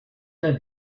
der